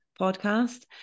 podcast